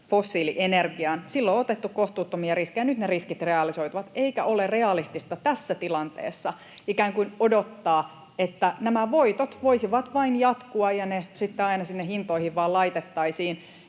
fossiilienergiaan. Silloin on otettu kohtuuttomia riskejä, ja nyt ne riskit realisoituvat, eikä ole realistista tässä tilanteessa ikään kuin odottaa, että nämä voitot voisivat vain jatkua ja ne sitten aina sinne hintoihin vain laitettaisiin.